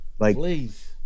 Please